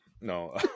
No